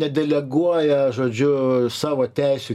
nedeleguoja žodžiu savo teisių